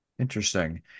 interesting